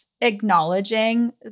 acknowledging